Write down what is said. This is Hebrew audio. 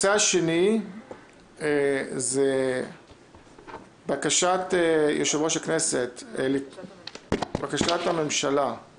2. בקשת הממשלה להקדמת הדיון בהצעת חוק,